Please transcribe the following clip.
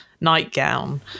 nightgown